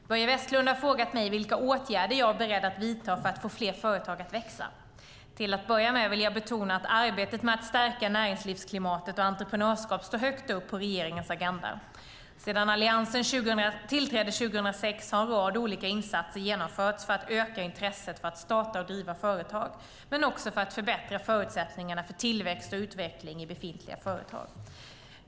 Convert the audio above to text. Fru talman! Börje Vestlund har frågat mig vilka åtgärder jag är beredd att vidta för att få fler företag att växa. Till att börja med vill jag betona att arbetet med att stärka näringslivsklimat och entreprenörskap står högt på regeringens agenda. Sedan Alliansen tillträdde 2006 har en rad olika insatser genomförts för att öka intresset för att starta och driva företag men också för att förbättra förutsättningarna för tillväxt och utveckling i befintliga företag.